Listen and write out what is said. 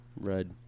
Red